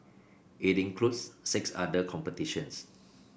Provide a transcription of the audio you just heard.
it includes six other competitions